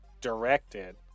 directed